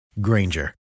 Granger